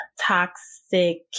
toxic